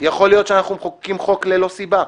יכול להיות שאנחנו מחוקקים חוק ללא סיבה.